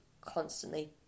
constantly